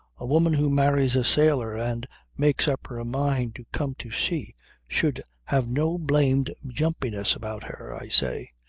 a woman who marries a sailor and makes up her mind to come to sea should have no blamed jumpiness about her, i say.